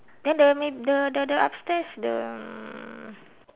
then the the the upstairs the um